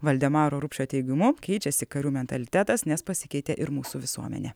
valdemaro rupšio teigimu keičiasi karių mentalitetas nes pasikeitė ir mūsų visuomenė